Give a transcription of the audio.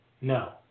No